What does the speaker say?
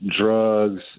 drugs